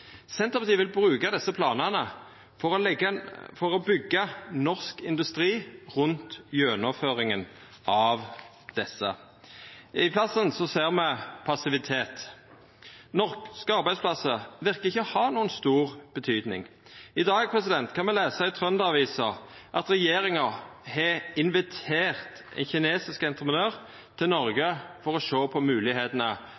Senterpartiet vil bruka desse planane for å byggja norsk industri rundt gjennomføringa av desse. I staden ser me passivitet. Norske arbeidsplassar ser ikkje ut til å ha noka stor betyding. I dag kan me lesa i Trønder-Avisa at regjeringa har invitert ein kinesisk entreprenør til